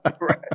Right